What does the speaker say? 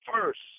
first